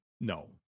no